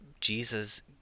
Jesus